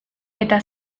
eta